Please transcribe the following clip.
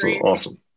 awesome